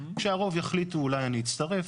שהרוב יחליטו, אולי אני אצטרף.